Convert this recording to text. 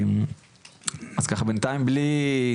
אז ככה בינתיים בלי,